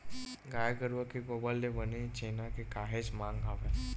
गाय गरुवा के गोबर ले बने छेना के काहेच मांग हवय